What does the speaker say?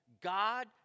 God